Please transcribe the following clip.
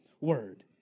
word